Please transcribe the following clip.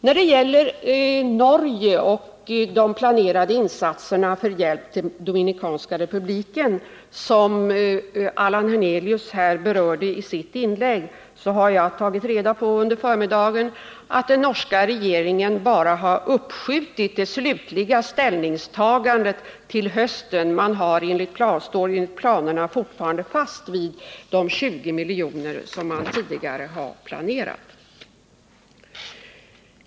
När det gäller Norge och de planerade insatserna för hjälp till Dominikanska republiken, som Allan Hernelius berörde i sitt inlägg, så har jag under förmiddagen tagit reda på att den norska regeringen bara har uppskjutit det slutliga ställningstagandet till hösten. Man står enligt planerna fortfarande fast vid de 20 miljoner som man tidigare har planerat.